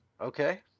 Okay